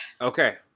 Okay